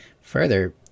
Further